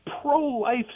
pro-life